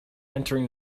entering